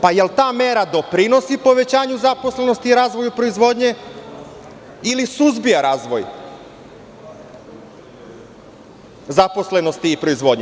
Da li ta mera doprinosi povećanju zaposlenosti i razvoju proizvodnje ili suzbija razvoj zaposlenosti i proizvodnje?